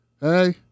hey